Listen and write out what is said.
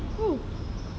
mm